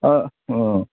ꯑꯥ ꯎꯝ